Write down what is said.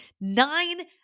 nine